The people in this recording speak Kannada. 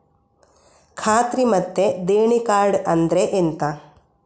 ಖಾತ್ರಿ ಮತ್ತೆ ದೇಣಿ ಕಾರ್ಡ್ ಅಂದ್ರೆ ಎಂತ?